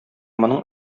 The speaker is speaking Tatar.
моның